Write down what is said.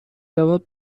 جواب